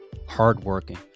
hardworking